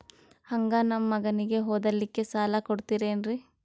ಹಂಗ ನಮ್ಮ ಮಗನಿಗೆ ಓದಲಿಕ್ಕೆ ಸಾಲ ಕೊಡ್ತಿರೇನ್ರಿ?